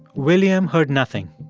william heard nothing.